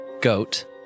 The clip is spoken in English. goat